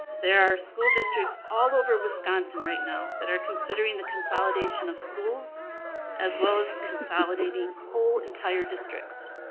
there are school districts all over wisconsin right now that are considering the consolidation of schools as well as consolidating whole, entire districts.